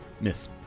Miss